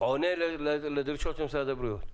עונה לדרישות של משרד הבריאות?